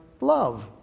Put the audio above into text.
love